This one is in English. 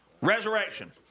Resurrection